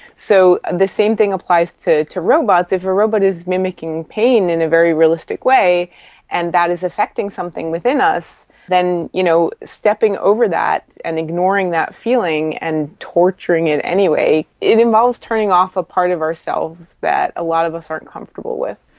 so the same thing applies to to robots. if a robot is mimicking pain in a very realistic way and that is affecting something within us, then you know stepping over that and ignoring that feeling and torturing it anyway, it involves turning off a part of ourselves that a lot of us aren't comfortable with.